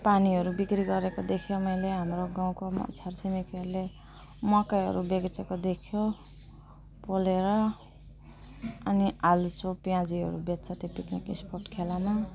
पानीहरू बिक्री गरेको देख्यो मैले हाम्रो गाउँको मा छरछिमेकीहरूले मकैहरू बेचेको देख्यो पोलेर अनि आलुचप प्याजीहरू बेच्छ त्यति त्यहाँको स्पट खेलामा